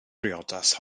briodas